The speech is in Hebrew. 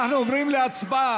אנחנו עוברים להצבעה.